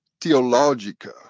Theologica